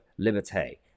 Liberté